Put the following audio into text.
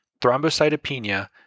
thrombocytopenia